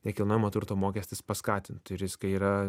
nekilnojamo turto mokestis paskatintų ir jis kai yra